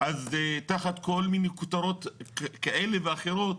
אז תחת כל מיני כותרות כאלה ואחרות